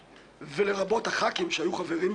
במליאה לא ניתן להחליף אותם.